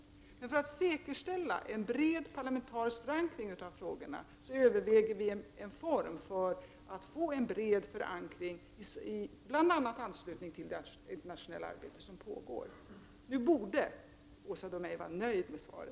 Vi överväger former för att säkerställa en bred parlamentarisk förankring i anslutning till det internationella arbete som pågår. Nu borde Åsa Domeij vara nöjd med svaret.